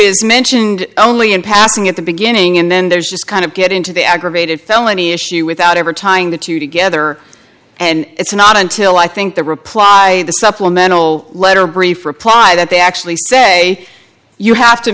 is mentioned only in passing at the beginning and then there's just kind of get into the aggravated felony issue without ever tying the two together and it's not until i think the reply the supplemental letter brief reply that they actually say you have to